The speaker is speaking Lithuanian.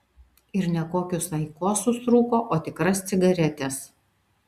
ir ne kokius aikosus rūko o tikras cigaretes